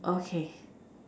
okay